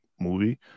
movie